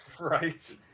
right